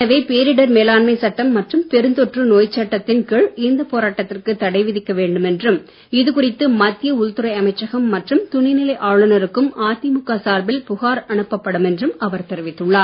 எனவே பேரிடர் மேலாண்மைச் சட்டம் மற்றும் பெருந்தொற்று நோய்ச்சட்டத்தின் கீழ் இந்த போராட்டத்திற்கு தடைவிதிக்க வேண்டும் என்றும் இது குறித்து மத்திய உள்துறை அமைச்சகம் மற்றும் துணைநிலை ஆளுநருக்கும் அதிமுக சார்பில் புகார் அனுப்பப்படும் என்றும் அவர் தெரிவித்துள்ளார்